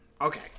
Okay